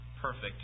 perfect